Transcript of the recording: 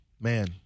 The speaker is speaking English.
Man